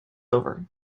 over